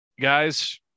Guys